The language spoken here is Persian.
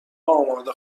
آماده